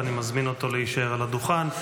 ואני מזמין אותו להישאר על הדוכן,